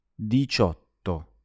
diciotto